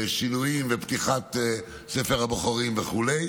שינויים, פתיחת ספר הבוחרים וכו'.